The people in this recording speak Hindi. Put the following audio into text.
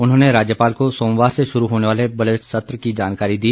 उन्होंने राज्यपाल को सोमवार से शुरू होने वाले बजट सत्र की जानकारी दी